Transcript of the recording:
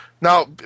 Now